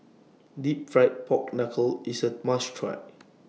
Deep Fried Pork Knuckle IS A must Try